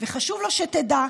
וחשוב לו שתדע.